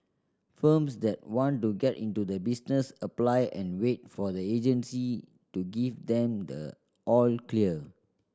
firms that want to get into the business apply and wait for the agency to give then the all clear